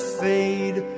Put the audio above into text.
fade